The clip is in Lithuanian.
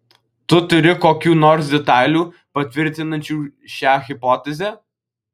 tu turi kokių nors detalių patvirtinančių šią hipotezę